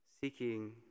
seeking